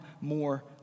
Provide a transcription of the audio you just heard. more